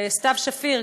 וסתיו שפיר,